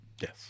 Yes